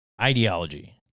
Ideology